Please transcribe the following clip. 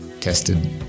tested